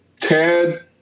Ted